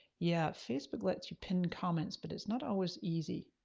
yeah, facebook lets you pin comments but it's not always easy.